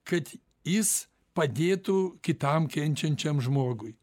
kad jis padėtų kitam kenčiančiam žmogui